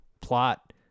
plot